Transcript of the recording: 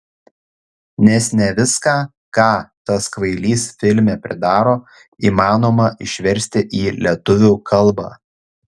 nes ne viską ką tas kvailys filme pridaro įmanoma išversti į lietuvių kalbą